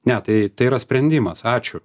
ne tai tai yra sprendimas ačiū